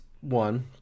one